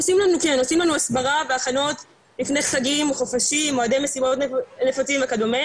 עושים לנו הסברה והכנות לפני חגים וחופשים מועדי מסיבות נפוצים וכדומה